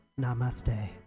Namaste